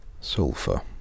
Sulfur